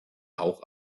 auch